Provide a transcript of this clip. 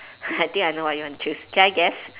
I think I know what you want to choose can I guess